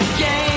game